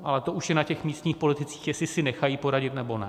Ale to už je na těch místních politicích, jestli si nechají poradit, nebo ne.